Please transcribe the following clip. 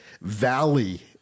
valley